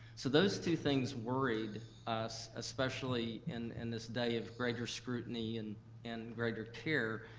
so those two things worried us, especially in and this day of greater scrutiny and and greater care,